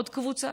עוד קבוצה,